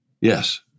Yes